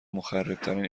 مخربترین